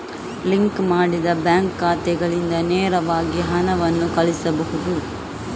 link ಮಾಡಿದ bank ಖಾತೆಗಳಿಂದ ನೇರವಾಗಿ ಹಣವನ್ನು ಕಳುಹಿಸಬಹುದು